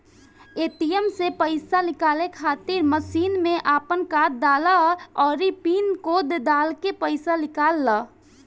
ATM से पईसा निकाले खातिर मशीन में आपन कार्ड डालअ अउरी पिन कोड डालके पईसा निकाल लअ